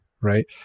right